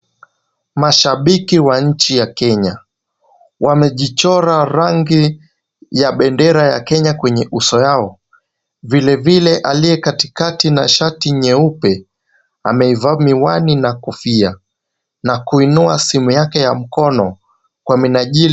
Mashabiki wa nchi ya Kenya wamejichora rangi ya bendera ya Kenya kwenye uso yao vile vile aliyekatikati na shati nyeupe ameiva miwani na kofia na kuinua simu yake ya mkono kwa minajili.